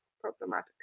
problematic